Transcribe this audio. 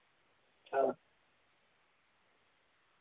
अच्छा